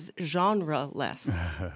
genre-less